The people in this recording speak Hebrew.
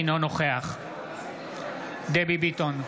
אינו נוכח דבי ביטון,